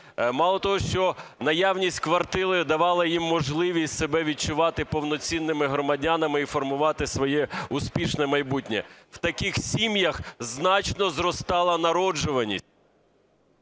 мало того, що наявність квартири давало їм можливість себе відчувати повноцінними громадянами і формувати своє успішне майбутнє, в таких сім'ях значно зростала народжуваність.